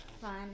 Fun